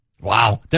Wow